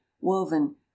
woven